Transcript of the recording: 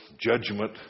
judgment